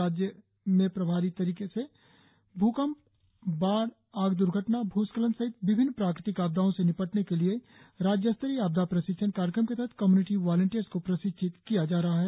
राज्य में प्रभारी तरीके से भूकंप बाढ़ आग द्र्घटना भूस्खलन सहित विभिन्न प्राकृतिक आपदाओं से निपटने के लिए राज्य स्तरीय आपदा प्रशिक्षण कार्यक्रम के तहत कम्यूनिटी वालंटियर्स को प्रशिक्षित किया जा रहा है